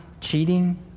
Cheating